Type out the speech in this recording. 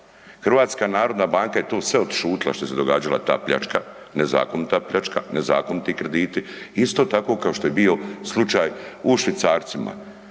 Hrvatski sabor, HNB je to sve odšutila šta je se događala ta pljačka, nezakoniti krediti isto tako kao što je bio slučaj u švicarcima.